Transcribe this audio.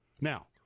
Now